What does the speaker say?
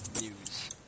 News